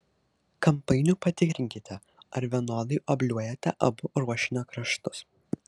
kampainiu patikrinkite ar vienodai obliuojate abu ruošinio kraštus